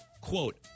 quote